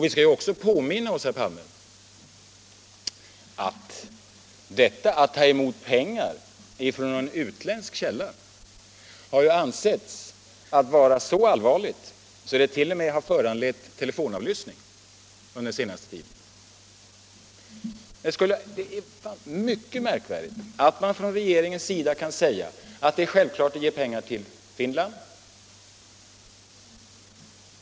Vi skall också påminna oss, herr Palme, att detta att ta emot pengar från någon utländsk källa ju har ansetts vara så allvarligt att misstanke därom t.o.m. har föranlett telefonavlyssning under den senaste tiden. Det är mycket märkvärdigt att man från regeringens sida kan säga att det är självklart att ge pengar till Finland.